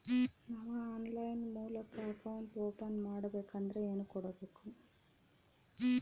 ನಾವು ಆನ್ಲೈನ್ ಮೂಲಕ account open ಮಾಡಬೇಂಕದ್ರ ಏನು ಕೊಡಬೇಕು?